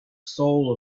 soul